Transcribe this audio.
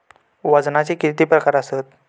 वजनाचे किती प्रकार आसत?